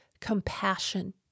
compassion